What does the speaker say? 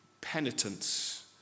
penitence